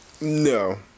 No